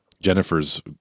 Jennifer's